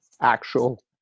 actual